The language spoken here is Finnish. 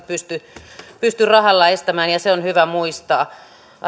pysty edistämään eikä terrorismia estämään ja se on hyvä muistaa